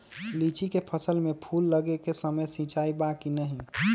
लीची के फसल में फूल लगे के समय सिंचाई बा कि नही?